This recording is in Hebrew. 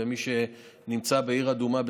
ומי שנמצא בעיר אדומה,